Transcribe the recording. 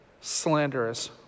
slanderous